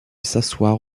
s’asseoir